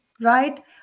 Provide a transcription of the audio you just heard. right